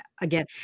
again